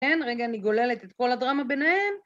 כן, רגע אני גוללת את כל הדרמה ביניהם.